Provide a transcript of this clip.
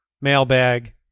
mailbag